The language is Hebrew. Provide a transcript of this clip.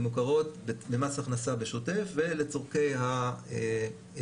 הן מוכרות במס הכנסה בשוטף ולצרכי ההיטל.